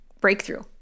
breakthrough